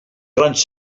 grans